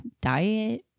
diet